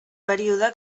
període